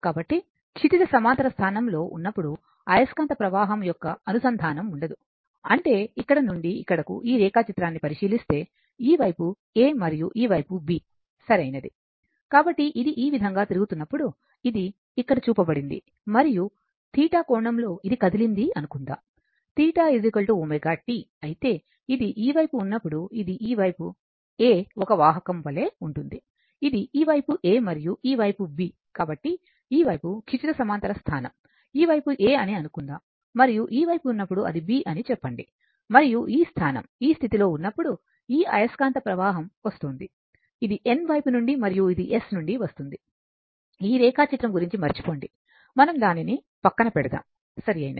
కాబట్టి క్షితిజ సమాంతర స్థానంలో ఉన్నప్పుడు అయస్కాంత ప్రవాహం యొక్క అనుసంధానం ఉండదు అంటే ఇక్కడ నుండి ఇక్కడకు ఈ రేఖాచిత్రాన్ని పరిశీలిస్తే ఈ వైపు A మరియు ఈ వైపు B సరియైనది కాబట్టి ఇది ఈ విధంగా తిరుగుతున్నప్పుడు ఇది ఇక్కడ చూపబడింది మరియు θ కోణంలో ఇది కదిలింది అనుకుందాం θ ω t అయితే ఇది ఈ వైపు ఉన్నప్పుడు ఇది ఈ వైపు A ఒక వాహకం వలె ఉంటుంది ఇది ఈ వైపు A మరియు ఈ వైపు B కాబట్టి ఈ వైపు క్షితిజ సమాంతర స్థానం ఈ వైపు A అని అనుకుందాం మరియు ఈ వైపు ఉన్నప్పుడు అది B అని చెప్పండి మరియు ఈ స్థానం ఈ స్థితిలో ఉన్నప్పుడు ఈ అయస్కాంత ప్రవాహం వస్తుంది ఇది N వైపు నుండి మరియు ఇది S నుండి వస్తుంది ఈ రేఖాచిత్రం గురించి మర్చిపోండి మనం దానిని పక్కన పెడదాము సరియైనది